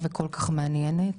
וגם אלימות כלכלית,